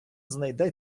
знайде